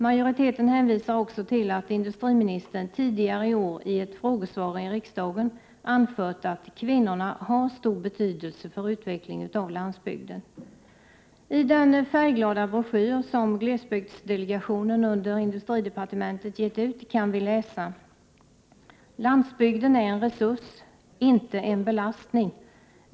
Majoriteten hänvisar också till att industriministern tidigare i år i ett frågesvar i riksdagen anfört att kvinnorna har stor betydelse för utvecklingen av landsbygden. I den färgglada broschyr som glesbygdsdelegationen under industridepartementet gett ut kan vi läsa: ”Landsbygden är en resurs, inte en belastning.